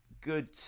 good